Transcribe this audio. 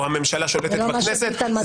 או הממשלה שולטת בכנסת,